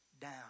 down